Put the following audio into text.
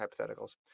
hypotheticals